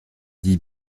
dit